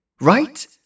right